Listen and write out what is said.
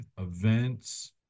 events